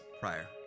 prior